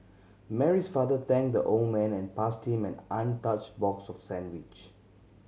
Mary's father thanked the old man and passed him an untouched box of sandwich